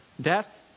Death